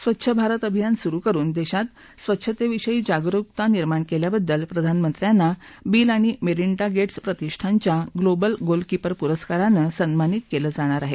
स्वच्छ भारत अभियान सुरु करुन देशात स्वच्छतेविषयी जागरुकता निर्माण केल्याबद्दल प्रधानमंत्र्यांना बिल आणि मेरिंडा गेटस् प्रतिष्ठानच्या ग्लोबल गोलकीपर पुरस्कारानं सन्मानित केलं जाणार आहे